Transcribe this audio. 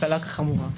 קלה כחמורה.